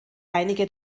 einige